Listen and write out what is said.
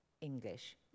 English